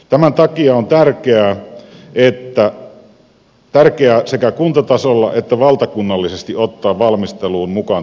tämän takia on tärkeää sekä kuntatasolla että valtakunnallisesti ottaa valmisteluun mukaan työntekijäjärjestöt